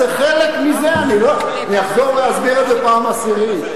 אני אחזור ואסביר את זה פעם עשירית.